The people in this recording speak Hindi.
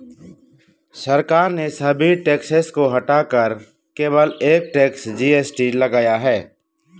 सरकार ने सभी टैक्सेस को हटाकर केवल एक टैक्स, जी.एस.टी लगाया है